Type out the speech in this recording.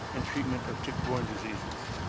and treatment of tick-borne diseases.